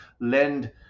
lend